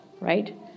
right